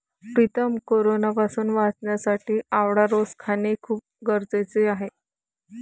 प्रीतम कोरोनापासून वाचण्यासाठी आवळा रोज खाणे खूप गरजेचे आहे